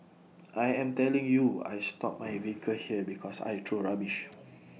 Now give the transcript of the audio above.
I am telling you I stop my vehicle here because I throw rubbish